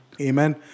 Amen